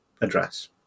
address